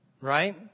right